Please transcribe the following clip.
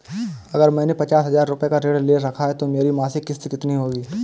अगर मैंने पचास हज़ार रूपये का ऋण ले रखा है तो मेरी मासिक किश्त कितनी होगी?